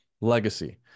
legacy